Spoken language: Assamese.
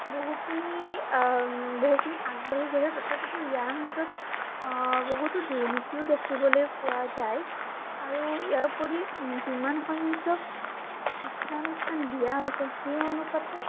বহুখিনি বহুখিনি আগবাঢ়ি গৈছে তথাপিতো ইয়াৰ মাজত বহুতো দুৰ্নীতিও দেখিবলৈ পোৱা যায় আৰু ইয়াৰোপৰি যিমানসংখ্যক শিক্ষানুষ্ঠান দিয়া হৈছে সেই অনুপাতে